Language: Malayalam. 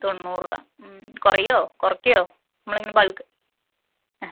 തൊണ്ണൂറ് രൂപ കുറയോ കുറക്കോ നമ്മളിങ്ങനെ ബൾക്ക് ആ